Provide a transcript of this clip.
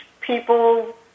people